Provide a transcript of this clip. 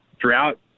throughout